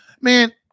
man